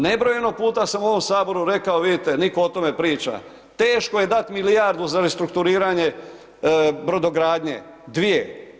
Nebrojeno puta sam u ovome Saboru rekao, vidite, nitko o tome ne priča, teško je dati milijardu za restrukturiranje brodogradnje, dvije.